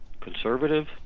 conservative